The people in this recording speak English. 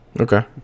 Okay